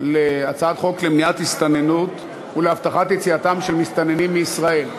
דיבור להצעת חוק למניעת הסתננות ולהבטחת יציאתם של מסתננים מישראל.